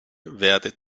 werde